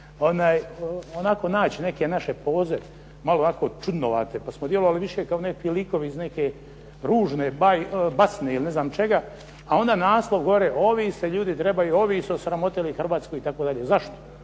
onako naći neke poze onako malo čudnovate, pa smo djelovali kao neki likovi iz neke ružne basne, onda naslov gore Ovi se ljudi trebaju, ovi su osramotili Hrvatsku, itd. Zašto?